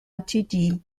ltd